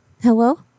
Hello